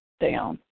down